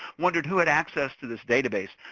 wondered who had access to this database?